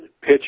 pitch